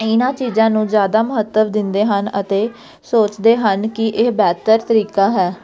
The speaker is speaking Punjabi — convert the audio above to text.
ਇਹਨਾਂ ਚੀਜ਼ਾਂ ਨੂੰ ਜ਼ਿਆਦਾ ਮਹੱਤਵ ਦਿੰਦੇ ਹਨ ਅਤੇ ਸੋਚਦੇ ਹਨ ਕਿ ਇਹ ਬਿਹਤਰ ਤਰੀਕਾ ਹੈ